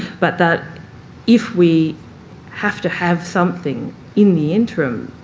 but that if we have to have something in the interim,